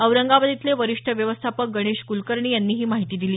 औरंगाबाद इथले वरिष्ठ व्यवस्थापक गणेश कुलकर्णी यांनी ही माहिती दिली